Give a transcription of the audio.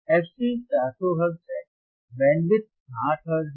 fC 400 hertz है bandwidth 60 hertz है